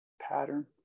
pattern